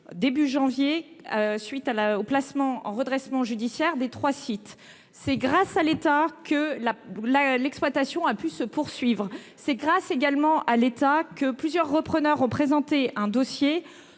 à la suite du placement en redressement judiciaire de ces trois sites. C'est grâce à l'État que l'exploitation a pu se poursuivre ; c'est également grâce à lui que plusieurs repreneurs ont présenté un dossier